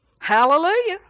Hallelujah